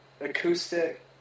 Acoustic